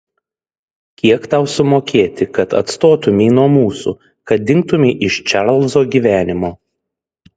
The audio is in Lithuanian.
kiek tau sumokėti kad atstotumei nuo mūsų kad dingtumei iš čarlzo gyvenimo